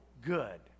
good